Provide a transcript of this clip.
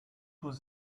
was